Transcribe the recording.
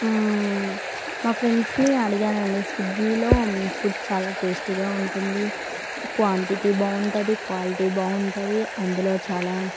మా ఫ్రెండ్స్ని అడిగానండి స్విగ్గీలో ఫుడ్ చాలా టేస్టీగా ఉంటుంది క్వాంటిటీ బాగుంటుంది క్వాలిటీ బాగుంటుంది అందులో చాలా